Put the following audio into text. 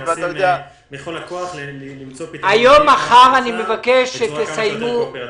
מנסים בכל הכוח למצוא פתרון בצורה כמה שיותר יעילה.